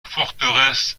forteresse